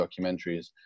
documentaries